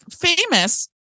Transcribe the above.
famous